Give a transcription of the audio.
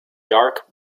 dark